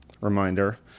reminder